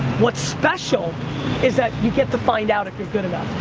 what's special is that you get to find out if you're good enough,